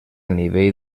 nivell